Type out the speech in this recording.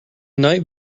night